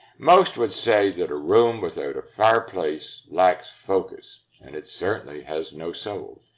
most would say that a room without a fireplace lacks focus. and it certainly has no soul.